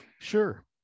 Sure